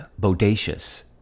bodacious